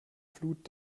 flut